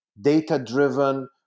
data-driven